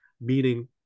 Meaning